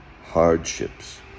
hardships